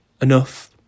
enough